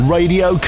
Radio